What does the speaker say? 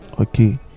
okay